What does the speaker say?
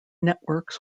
networks